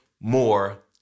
more